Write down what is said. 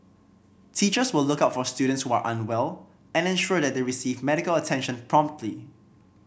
teachers will look out for students who are unwell and ensure that they receive medical attention promptly